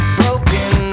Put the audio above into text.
broken